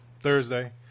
Thursday